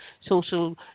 social